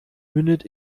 mündet